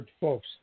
folks